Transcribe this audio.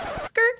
skirt